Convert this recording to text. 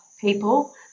people